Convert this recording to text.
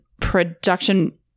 production